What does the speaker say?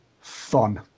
fun